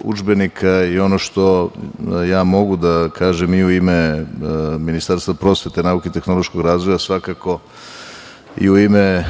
udžbenika i ono što ja mogu da kažem i u ime Ministarstva prosvete, nauke i tehnološkog razvoja, svakako i u ime